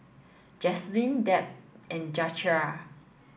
Jaslyn Deb and Zachariah